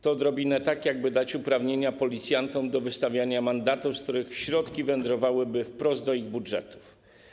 To odrobinę tak, jakby dać uprawnienia policjantom do wystawiania mandatów, z których środki wędrowałyby wprost do ich budżetów.